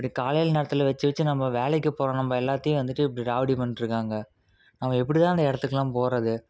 இப்படி காலையில நேரத்தில் வச்சு வச்சு நம்ப வேலைக்கு போகற நம்ம எல்லாத்தையும் வந்துவிட்டு இப்படி ராவடி பண்ணிட்டு இருக்காங்க நம்ம எப்படிதான் அந்த இடத்துக்கெல்லாம் போகறது